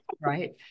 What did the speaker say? right